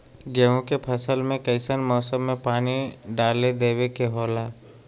गेहूं के फसल में कइसन मौसम में पानी डालें देबे के होला?